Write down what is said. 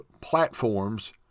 platforms